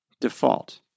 default